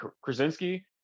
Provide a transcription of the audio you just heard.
Krasinski